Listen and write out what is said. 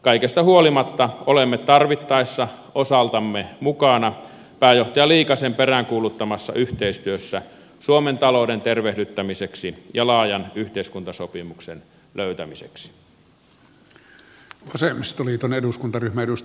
kaikesta huolimatta olemme tarvittaessa osaltamme mukana pääjohtaja liikasen peräänkuuluttamassa yhteistyössä suomen talouden tervehdyttämiseksi ja laajan yhteiskuntasopimuksen löytämiseksi